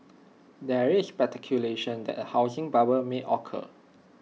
there is speculation that A housing bubble may occur